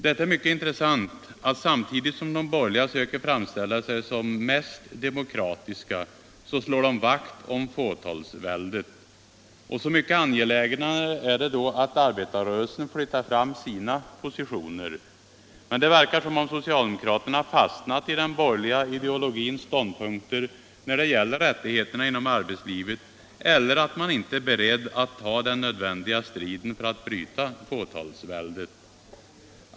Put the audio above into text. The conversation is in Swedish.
Det är mycket intressant att samtidigt som de borgerliga söker framställa sig som de mest demokratiska slår de vakt om fåtalsväldet. Så mycket angelägnare är det då att arbetarrörelsen flyttar fram sina positioner. Men det verkar som om socialdemokratin har fastnat i den borgerliga ideologins ståndpunkter när det gäller rättigheterna inom arbetslivet. Man är inte beredd att ta den nödvändiga striden för att bryta fåtalsväldet.